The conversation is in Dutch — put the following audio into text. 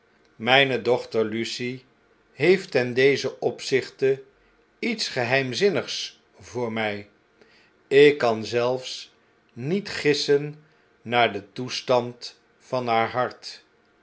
mijne dochter lucie heeft ten dezen opzichte iets geheimzinnigs voor mij ik kan zelfs niet gissen naar den toestand van haar hart